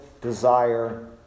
desire